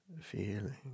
feeling